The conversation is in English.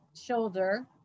shoulder